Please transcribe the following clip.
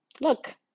Look